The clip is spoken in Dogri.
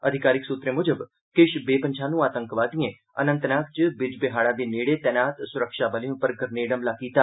अधिकारिक सुत्तरें मुजब किश बेपन्छान् आतंकवादिएं अनंतनाग च बिजबिहाड़ा दे नेड़े तैनात सुरक्षाबलें उप्पर ग्रनेड हमला कीता